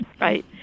right